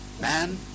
Man